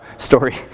story